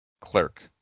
clerk